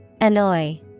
Annoy